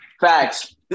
Facts